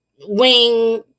wing